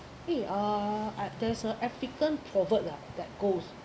eh uh I there's a african proverb lah that goes